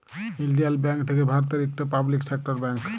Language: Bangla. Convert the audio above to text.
ইউলিয়ল ব্যাংক থ্যাকে ভারতের ইকট পাবলিক সেক্টর ব্যাংক